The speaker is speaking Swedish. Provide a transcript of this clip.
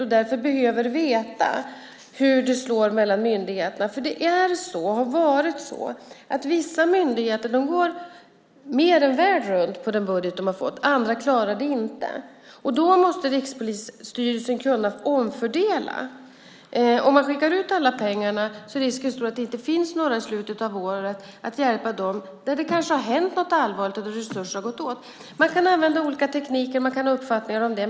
Därför behöver man veta hur det slår mellan myndigheterna. Det är så och har varit så att vissa myndigheter mer än väl går runt på den budget de har fått och andra klarar det inte. Då måste Rikspolisstyrelsen kunna omfördela. Om man skickar ut alla pengar är risken stor att det inte finns några pengar i slutet av året för att hjälpa dem där det kanske har hänt något allvarligt och där resurser har gått åt. Man kan använda olika tekniker, och man kan ha uppfattningar om det.